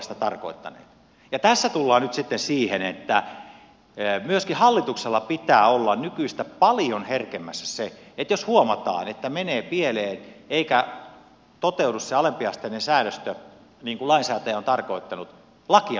tässä tullaan nyt sitten siihen että myöskin hallituksella pitää olla nykyistä paljon herkemmässä se että jos huomataan että menee pieleen eikä toteudu se alempiasteinen säädöstö niin kuin lainsäätäjä on tarkoittanut lakia pitää muuttaa